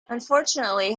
unfortunately